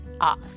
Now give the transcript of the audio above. off